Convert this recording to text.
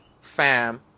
fam